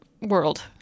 world